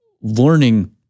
learning